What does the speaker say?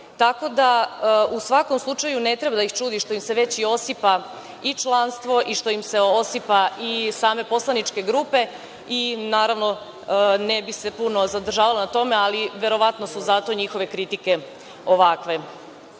Tako da u svakom slučaju ne treba da ih čudi što im se već osipa i članstvo i što im se osipa i sama poslanička grupa. Naravno, ne bih se puno zadržavala na tome, ali verovatno su zato njihove kritike ovakve. Takođe